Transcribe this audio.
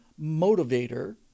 motivator